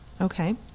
Okay